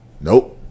nope